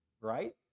right